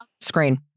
screen